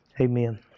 Amen